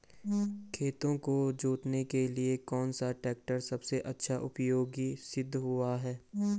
खेतों को जोतने के लिए कौन सा टैक्टर सबसे अच्छा उपयोगी सिद्ध हुआ है?